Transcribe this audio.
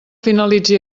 finalitzi